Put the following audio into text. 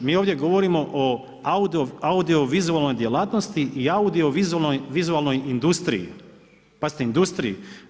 Mi ovdje govorimo o audiovizualnoj djelatnosti i audiovizualnoj industriji, pazite industriji.